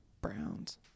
Browns